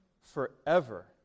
forever